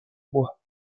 moi